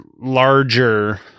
larger